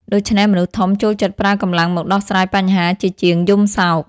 ដូច្នេះមនុស្សធំចូលចិត្តប្រើកម្លាំងមកដោះស្រាយបញ្ហាជាជាងយំសោក។